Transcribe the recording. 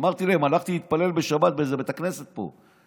אמרתי להם: הלכתי להתפלל בשבת באיזה בית הכנסת פה,